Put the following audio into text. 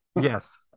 Yes